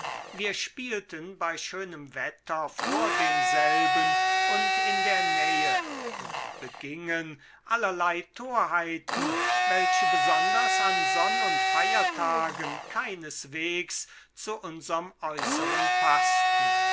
wir spielten bei schönem wetter vor demselben und in der nähe und begingen allerlei torheiten welche besonders an sonn und festtagen keineswegs zu unsrem äußeren paßten